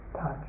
touch